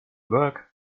work